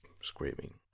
screaming